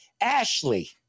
Ashley